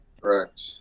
Correct